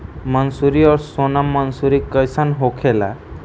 मंसूरी और सोनम मंसूरी कैसन प्रकार होखे ला?